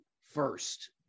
first